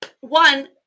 One